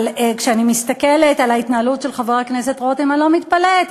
אבל כשאני מסתכלת על ההתנהלות של חבר הכנסת רותם אני לא מתפלאת,